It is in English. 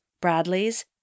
Bradleys